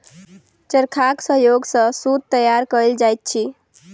चरखाक सहयोग सॅ सूत तैयार कयल जाइत अछि